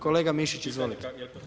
Kolega Mišić, izvolite.